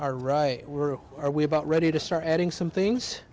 are right or are we about ready to start adding some things